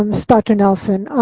um is dr. nelson.